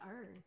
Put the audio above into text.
earth